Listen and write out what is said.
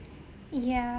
yeah